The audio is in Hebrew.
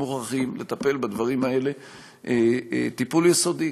מוכרחים לטפל בדברים האלה טיפול יסודי,